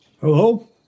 Hello